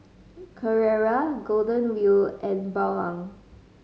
Carrera Golden Wheel and Bawang